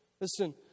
Listen